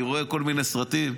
אני רואה כל מיני סרטים,